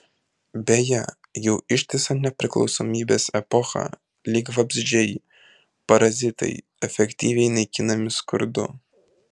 beje jau ištisą nepriklausomybės epochą lyg vabzdžiai parazitai efektyviai naikinami skurdu